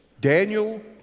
Daniel